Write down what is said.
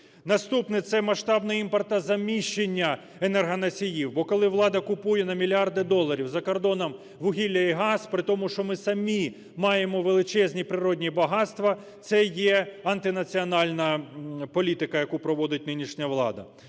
Наступне – це масштабне імпортозаміщення енергоносіїв, бо коли влада купує на мільярди доларів за кордоном вугілля і газ при тому, що ми самі маємо величезні природні багатства, це є антинаціональна політика, яку проводить нинішня влада.